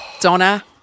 Donna